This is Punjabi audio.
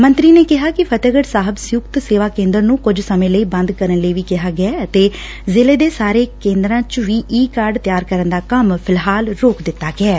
ਸੰਤਰੀ ਨੇ ਕਿਹਾ ਕਿ ਫਤਹਿਗੜ ਸਾਹਿਬ ਸੰਯੁਕਤ ਸੇਵਾ ਕੇ ਦਰ ਨੂੰ ਕੁਝ ਸਮੇ ਲਈ ਬੰਦ ਕਰਨ ਲਈ ਵੀ ਕਿਹਾ ਗਿਐ ਅਤੇ ਜ਼ਿਲ੍ਹੇ ਦੇ ਸਾਰੇ ਕੇੱਦਰਾ ਚ ਈ ਕਾਰਡ ਤਿਆਰ ਕਰਨ ਦਾ ਕੰਮ ਫਿਲਹਾਲ ਰੋਕ ਦਿੱਤਾ ਗਿਐ